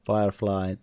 Firefly